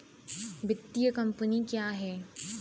वित्तीय कम्पनी क्या है?